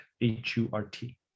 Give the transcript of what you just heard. H-U-R-T